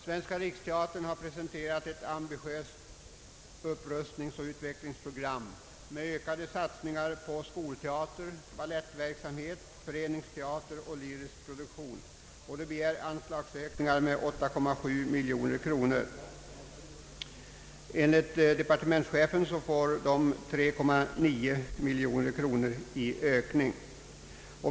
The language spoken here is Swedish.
Svenska riksteatern har presenterat ett ambitiöst upprustningsoch utvecklingsprogram med ökade satsningar på skolteater, balettverksamhet, föreningsteater och lyrisk produktion. Man begär anslagsökning med 8,7 miljoner kronor. Enligt departemenischefens förslag får man 3,9 miljoner kronor i ökning.